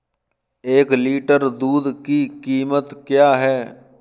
एक लीटर दूध की कीमत क्या है?